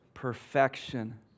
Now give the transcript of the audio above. perfection